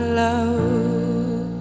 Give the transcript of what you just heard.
love